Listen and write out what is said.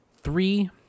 three